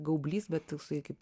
gaublys bet toksai kaip